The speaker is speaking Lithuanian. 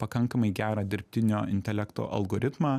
pakankamai gerą dirbtinio intelekto algoritmą